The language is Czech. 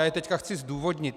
Já je teď chci zdůvodnit.